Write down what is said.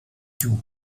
cue